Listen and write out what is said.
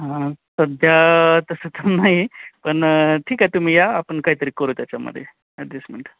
हा सध्या तसं तर नाही पण ठीक आहे तुम्ही या आपण काहीतरी करू त्याच्यामध्ये ॲडजेस्टमेंट